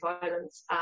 violence